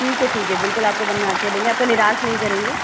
ठीक है ठीक है बिल्कुल आपको बना के देंगे आपको निराश नहीं करेंगे